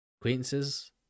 acquaintances